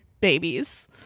babies